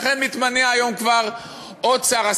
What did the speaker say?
לכן מתמנה היום כבר עוד שר,